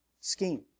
scheme